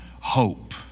hope